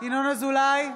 ינון אזולאי,